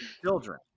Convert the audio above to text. Children